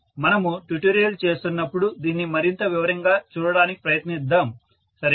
మనము ట్యుటోరియల్ చేస్తున్నప్పుడు దీన్ని మరింత వివరంగా చూడటానికి ప్రయత్నిద్దాం సరేనా